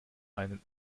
einen